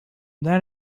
then